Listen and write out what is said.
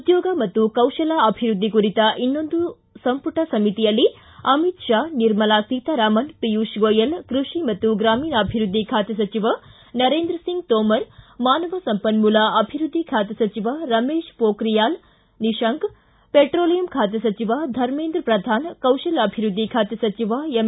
ಉದ್ಯೋಗ ಮತ್ತು ಕೌಶಲ ಅಭಿವೃದ್ದಿ ಕುರಿತ ಇನ್ನೊಂದು ಸಂಪುಟ ಸಮಿತಿಯಲ್ಲಿ ಅಮಿತ್ ಶಾ ನಿರ್ಮಲಾ ಸೀತಾರಾಮನ್ ಪಿಯುಷ್ ಗೋಯಲ್ ಕೃಷಿ ಮತ್ತು ಗ್ರಾಮೀಣಾಭಿವೃದ್ದಿ ಖಾತೆ ಸಚಿವ ನರೇಂದ್ರಸಿಂಗ್ ತೋಮರ್ ಮಾನವ ಸಂಪನ್ಮೂಲ ಅಭಿವೃದ್ಧಿ ಖಾತೆ ಸಚಿವ ರಮೇಶ್ ಪೋಖ್ರಿಯಾಲ್ ನಿಶಾಂಕ್ ಪೆಟ್ರೊಲಿಯಂ ಖಾತೆ ಸಚಿವ ಧರ್ಮೇಂದ್ರ ಪ್ರಧಾನ ಕೌಶಲ್ಯಾಭಿವೃದ್ಧಿ ಬಾತೆ ಸಚಿವ ಎಂ